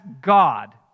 God